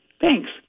Thanks